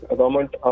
government